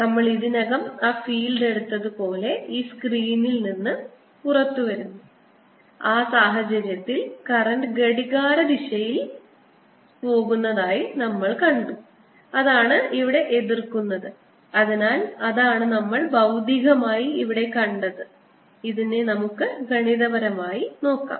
നമ്മൾ ഇതിനകം ആ ഫീൽഡ് എടുത്തതുപോലെ ഈ സ്ക്രീനിൽ നിന്ന് പുറത്തുവരുന്നു ആ സാഹചര്യത്തിൽ കറന്റ് ഘടികാരദിശയിൽ പോകുന്നതായി നമ്മൾ കണ്ടു അതാണ് ഇവിടെ എതിർക്കുന്നത് അതിനാൽ അതാണ് നമ്മൾ ഭൌതികമായി ഇവിടെ കണ്ടത് ഇതിനെ നമുക്ക് ഗണിതപരമായി നോക്കാം